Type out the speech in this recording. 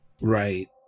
Right